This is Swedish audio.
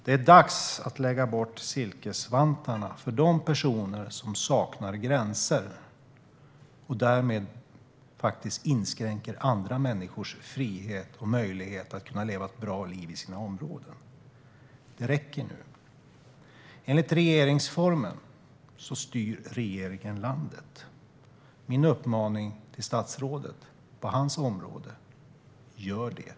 Det är dags att lägga bort silkesvantarna för personer som saknar gränser och därmed faktiskt inskränker andra människors frihet och möjlighet att kunna leva ett bra liv i sina områden. Det räcker nu. Enligt regeringsformen styr regeringen landet. Min uppmaning till statsrådet, på hans område, är: Gör det!